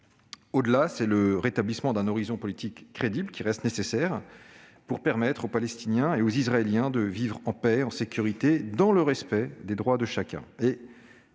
Au-delà, c'est le rétablissement d'un horizon politique crédible qui reste nécessaire pour permettre aux Palestiniens et aux Israéliens de vivre en paix et en sécurité dans le respect des droits de chacun.